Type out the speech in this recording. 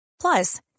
Plus